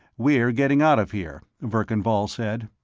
we're getting out of here, verkan vall said.